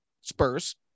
Spurs